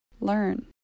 learn